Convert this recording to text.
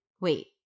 Wait